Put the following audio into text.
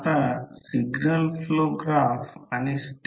646 millihenry हे अगदी सोपे आहे